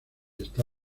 está